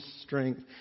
strength